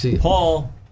Paul